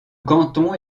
canton